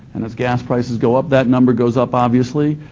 and as gas prices go up, that number goes up obviously,